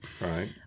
Right